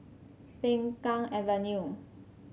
Peng Kang Avenue